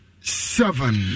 seven